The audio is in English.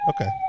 okay